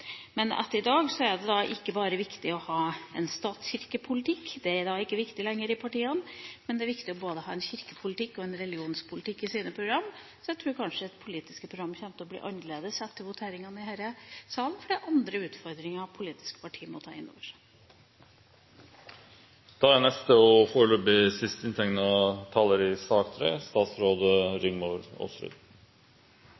Etter i dag er det ikke bare viktig å ha en statskirkepolitikk, det er ikke lenger viktig for partiene, men det er viktig for partiene å ha en kirkepolitikk og en religionspolitikk i programmene sine. Jeg tror kanskje at de politiske programmene kommer til å bli annerledes etter voteringene i denne salen, for det er andre utfordringer politiske partier må ta inn over seg. Forrige gang Stortinget behandlet kirkeordningsspørsmål på tilnærmet like bred basis som i